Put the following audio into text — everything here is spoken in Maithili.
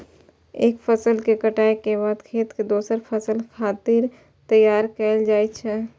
एक फसल के कटाइ के बाद खेत कें दोसर फसल खातिर तैयार कैल जाइ छै